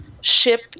ship